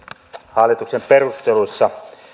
hallituksen perusteluissa